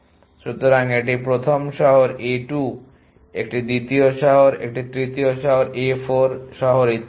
সুতরাং এটি প্রথম শহর a 2 একটি দ্বিতীয় শহর একটি তৃতীয় শহর a 4 শহর ইত্যাদি